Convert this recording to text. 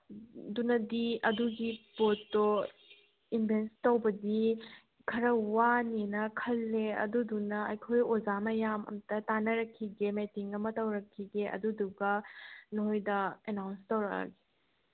ꯗꯨꯅꯗꯤ ꯑꯗꯨꯒꯤ ꯄꯣꯠꯇꯣ ꯏꯟꯚꯦꯁ ꯇꯧꯕꯗꯤ ꯈꯔ ꯋꯥꯅꯦꯅ ꯈꯟꯂꯦ ꯑꯗꯨꯗꯨꯅ ꯑꯩꯈꯣꯏ ꯑꯣꯖꯥ ꯃꯌꯥꯝ ꯑꯝꯇ ꯇꯥꯟꯅꯔꯛꯈꯤꯒꯦ ꯃꯦꯇꯤꯡ ꯑꯃ ꯇꯧꯔꯛꯈꯤꯒꯦ ꯑꯗꯨꯗꯨꯒ ꯅꯣꯏꯗ ꯑꯦꯅꯥꯎꯟꯁ ꯇꯧꯔꯛꯑꯒꯦ